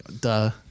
duh